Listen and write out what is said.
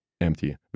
Empty